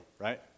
right